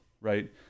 right